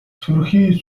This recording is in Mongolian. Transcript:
сүрхий